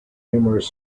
numerous